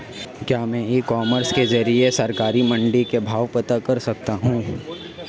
क्या मैं e commerce के ज़रिए सरकारी मंडी के भाव पता कर सकता हूँ?